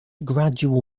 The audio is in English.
gradual